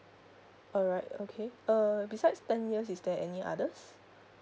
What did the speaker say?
alright okay err besides ten years is there any others